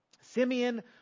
Simeon